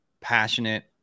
passionate